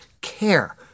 care